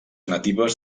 natives